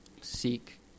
seek